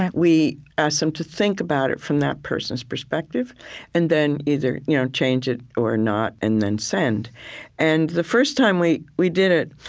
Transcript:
and we ask them to think about it from that person's perspective and then either you know change it or not and then send and the first time we we did it,